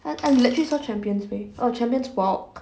他 I literally saw champion's way oh champion's walk